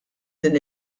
din